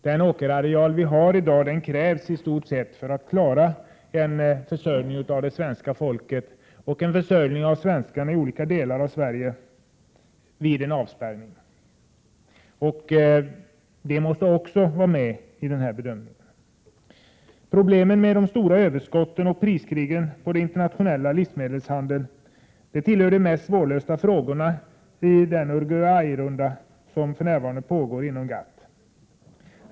Den åkerareal som vi har i dag är i stort sett vad som krävs för att klara en försörjning av det svenska folket i olika delar av Sverige vid en avspärrning. Detta måste också tas med i bedömningen. Problemen med de stora överskotten och priskrigen inom den internationella livsmedelshandeln tillhör de mest svårlösta frågorna i den Uruguayrunda som för närvarande pågår inom GATT.